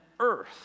earth